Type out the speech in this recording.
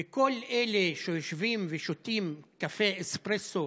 וכל אלה שיושבים ושותים קפה אספרסו